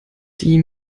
die